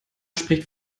spricht